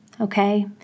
okay